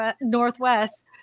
Northwest